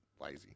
lazy